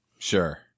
Sure